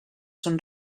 són